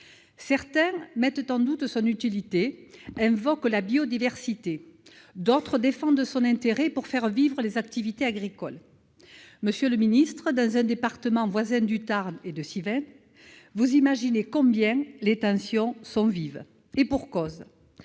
Certains mettent en doute son utilité, invoquent la biodiversité. D'autres défendent son intérêt pour faire vivre les activités agricoles. Dans un département voisin du Tarn et de Sivens, vous imaginez combien les tensions sont vives, et pour cause :